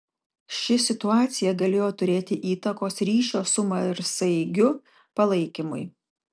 ši situacija galėjo turėti įtakos ryšio su marsaeigiu palaikymui